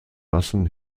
massen